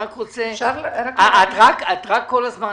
את כל הזמן